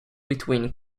between